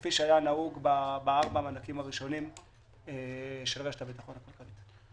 כפי שהיה נהוג בארבעת המענקים הראשונים של רשת הביטחון הכלכלית.